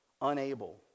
unable